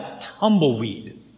tumbleweed